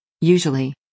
Usually